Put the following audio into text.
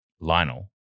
Lionel